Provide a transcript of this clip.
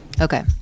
Okay